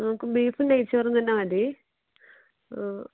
നമുക്ക് ബീഫും നെയ് ചോറും തന്നെ മതി ആ